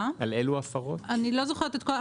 אני לא זוכרת.